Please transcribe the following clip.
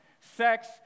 sex